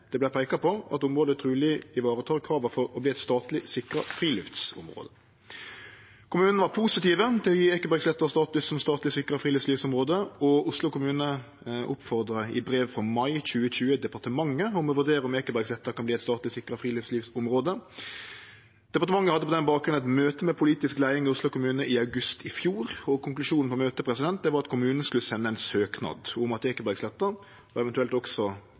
det vart peika på at området truleg varetek krava for å vere eit statleg sikra friluftslivsområde. Kommunen var positiv til å gje Ekebergsletta status som statleg sikra friluftslivsområde, og Oslo kommune oppmoda i brev av mai 2020 departementet om å vurdere om Ekebergsletta kan verte eit statleg sikra friluftslivsområde. Departementet hadde på den bakgrunnen eit møte med politisk leiing i Oslo kommune i august i fjor, og konklusjonen på møtet var at kommunen skulle sende ein søknad om at Ekebergsletta, og eventuelt også